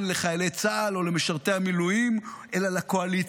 לחיילי צה"ל או למשרתי המילואים אלא לקואליציה,